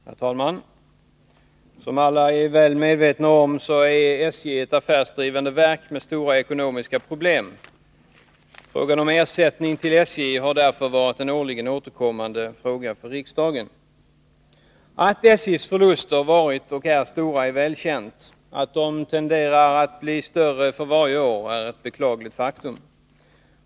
Herr talman! Som alla är väl medvetna om, är SJ ett affärsdrivande verk med stora ekonomiska problem. Frågan om ersättning till SJ har därför varit årligen återkommande för riksdagen. Att SJ:s förluster varit och är stora är välkänt. Att de tenderat att bli större för varje år är ett beklagligt faktum.